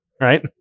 right